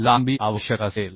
लांबी आवश्यक असेल